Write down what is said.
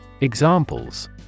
Examples